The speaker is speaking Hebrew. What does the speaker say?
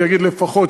אני אגיד לפחות,